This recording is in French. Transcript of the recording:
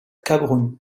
cameroun